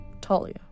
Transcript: Talia